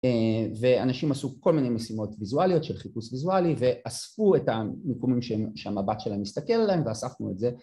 ‫ואנשים עשו כל מיני משימות ויזואליות ‫של חיפוש ויזואלי ‫ואספו את המיקומים שהמבט שלהם ‫מסתכל עליהם, ואספנו את זה.